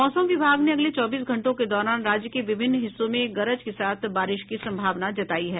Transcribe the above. मौसम विभाग ने अगले चौबीस घंटों के दौरान राज्य के विभिन्न हिस्सों में गरज के साथ बारिश की संभावना जतायी है